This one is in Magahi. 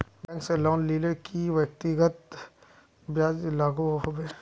बैंक से लोन लिले कई व्यक्ति ब्याज लागोहो होबे?